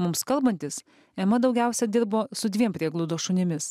mums kalbantis ema daugiausia dirbo su dviem prieglaudos šunimis